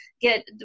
get